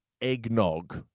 eggnog